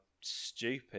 stupid